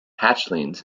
hatchlings